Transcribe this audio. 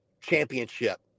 championship